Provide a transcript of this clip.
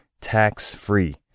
tax-free